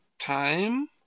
time